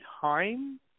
time